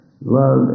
Love